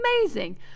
amazing